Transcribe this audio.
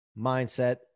mindset